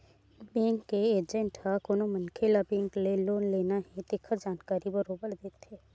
bank के agent ह कोनो मनखे ल बेंक ले लोन लेना हे तेखर जानकारी बरोबर देथे